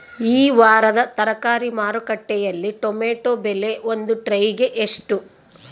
ಈ ವಾರದ ತರಕಾರಿ ಮಾರುಕಟ್ಟೆಯಲ್ಲಿ ಟೊಮೆಟೊ ಬೆಲೆ ಒಂದು ಟ್ರೈ ಗೆ ಎಷ್ಟು?